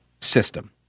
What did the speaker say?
system